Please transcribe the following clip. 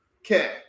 Okay